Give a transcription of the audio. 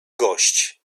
gość